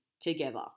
together